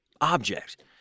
object